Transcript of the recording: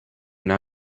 now